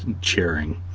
cheering